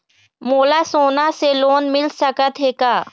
मोला सोना से लोन मिल सकत हे का?